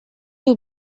you